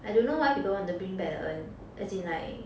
I don't know why people want to bring back the urn as in like